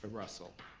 ah russell.